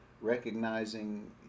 recognizing